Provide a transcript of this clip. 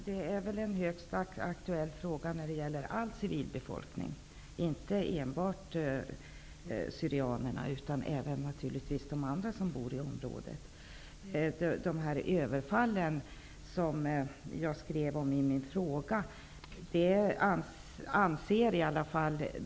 Herr talman! Det är en högst aktuell fråga beträffande all civilbefolkning, inte enbart syrianerna utan naturligtvis även de andra folk som bor i området.